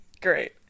Great